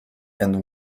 and